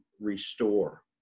restore